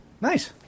Nice